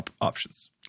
options